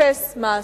אפס מעשה.